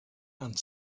and